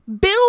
Bill